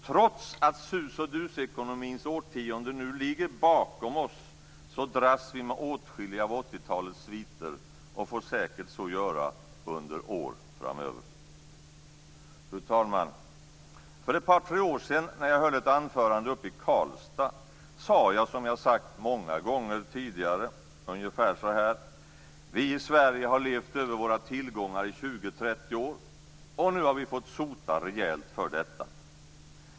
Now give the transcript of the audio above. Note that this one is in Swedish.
Trots att sus-och-dus-ekonomins årtionde nu ligger bakom oss dras vi med åtskilliga av 80-talets sviter och får säkert så göra under år framöver. Fru talman! För ett par tre år sedan när jag höll ett anförande i Karlstad sade jag som jag har sagt många gånger tidigare: Vi i Sverige har levt över våra tillgångar i 20-30 år, och nu har vi fått sota rejält för detta.